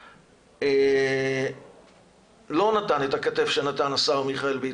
כאן, לא נתן את הכתף שנתן השר מיכאל ביטון.